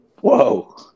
Whoa